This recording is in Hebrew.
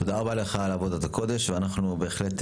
תודה רבה לך על עבודת הקודש ואנחנו בהחלט,